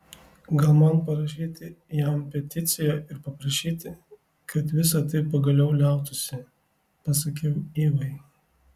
gal man parašyti jam peticiją ir paprašyti kad visa tai pagaliau liautųsi pasakiau ivai